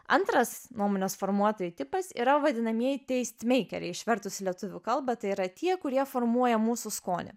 antras nuomonės formuotojų tipas yra vadinamieji teistmeikeriai išvertus į lietuvių kalbą tai yra tie kurie formuoja mūsų skonį